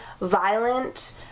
violent